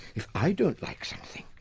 if i don't like something,